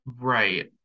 Right